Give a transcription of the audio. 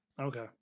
Okay